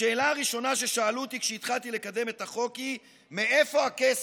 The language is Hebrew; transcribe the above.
השאלה הראשונה ששאלו אותי כשהתחלתי לקדם את החוק היא מאיפה הכסף: